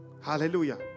Hallelujah